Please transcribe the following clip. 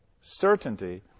certainty